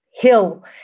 hill